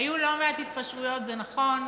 היו לא מעט התפשרויות, זה נכון,